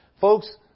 folks